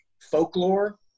folklore